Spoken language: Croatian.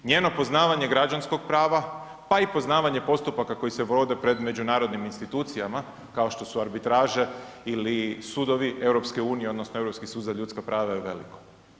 Njeno poznavanje građanskog prava, pa i poznavanje postupaka koji se vode pred međunarodnim institucijama, kao što su arbitraže ili sudovi EU, odnosno Europski sud za ljudska prava, je veliko.